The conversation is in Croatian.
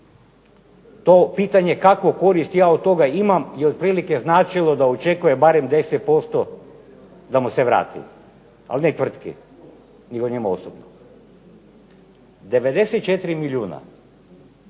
To pitanje kakvu korist ja od toga imam je otprilike značilo da očekuje barem 10% da mu se vrati, ali ne tvrtki, nego njemu osobno. 94 milijuna